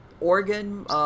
organ